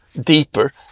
deeper